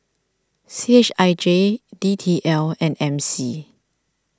C H I J D T L and M C